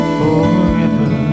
forever